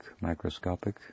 microscopic